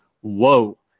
whoa